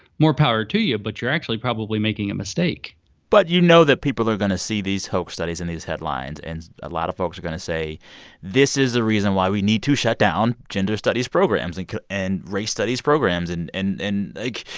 more power to you. but you're actually probably making a mistake but you know that people are going to see these hoax studies and these headlines. and a lot of folks are going to say this is the reason why we need to shut down gender studies programs and and race studies programs. and, like,